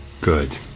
Good